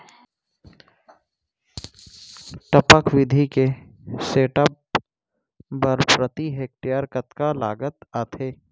टपक विधि के सेटअप बर प्रति हेक्टेयर कतना लागत आथे?